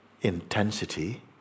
intensity